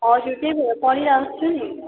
हजुर त्यही भएर पढिरहेको छु नि